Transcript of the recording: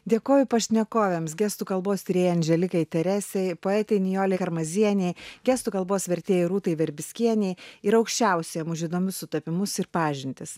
dėkoju pašnekovėms gestų kalbos tyrėjai anželikai teresei poetė nijolei karmazienei gestų kalbos vertėjai rūtai verbickienei ir aukščiausiajam už įdomius sutapimus ir pažintis